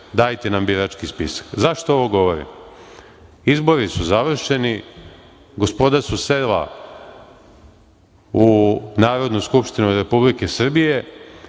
dajte nam birački spisak.Zašto ovo govorim? Izbori su završeni. Gospoda su sela u Narodnu skupštinu Republike Srbije.